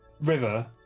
River